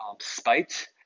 spite